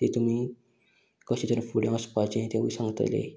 ते तुमी कशे तरेन फुडें वचपाचें तेंवूय सांगतलें